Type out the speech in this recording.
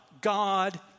God